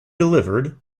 delivered